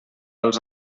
als